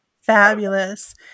Fabulous